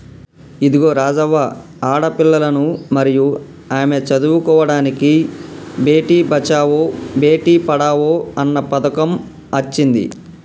ఇదిగో రాజవ్వ ఆడపిల్లలను మరియు ఆమె చదువుకోడానికి బేటి బచావో బేటి పడావో అన్న పథకం అచ్చింది